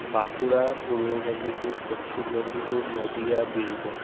Bankura Purba Medinipur Paschim Medinipur Nadia Birbhum